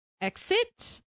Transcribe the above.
exit